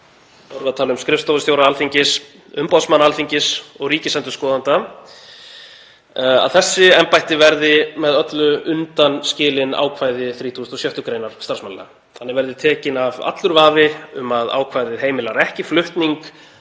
erum við að tala um skrifstofustjóra Alþingis, umboðsmann Alþingis og ríkisendurskoðanda, verði með öllu undanskildir ákvæði 36. gr. starfsmannalaga. Þannig verði tekinn af allur vafi um að ákvæðið heimilar ekki flutning